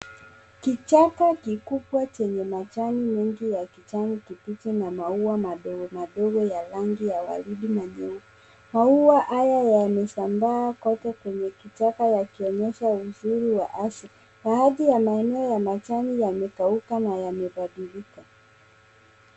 Kichaka kikubwa chenye majani mengi ya kijani kibichi na maua madogo madogo ya rangi ya waridi na nyeupe. Maua haya yamesambaa kote kwenye kichaka yakionyesha uzuri wa asili. Baadhi ya maeneo ya majani yamekauka na yamebadilika.